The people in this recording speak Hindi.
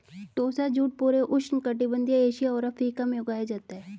टोसा जूट पूरे उष्णकटिबंधीय एशिया और अफ्रीका में उगाया जाता है